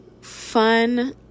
fun